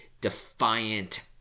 defiant